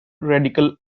radical